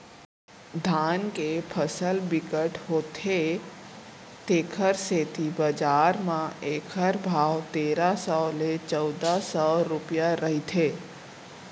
धान के फसल बिकट होथे तेखर सेती बजार म एखर भाव तेरा सव ले चउदा सव रूपिया रहिथे